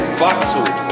battle